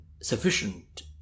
sufficient